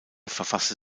verfasste